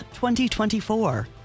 2024